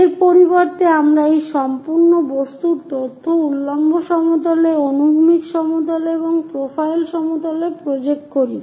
এর পরিবর্তে আমরা এই সম্পূর্ণ বস্তুর তথ্য উল্লম্ব সমতলে অনুভূমিক সমতলে প্রোফাইল সমতলে প্রজেক্ট করি